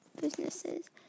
Businesses